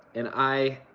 and i,